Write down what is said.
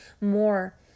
more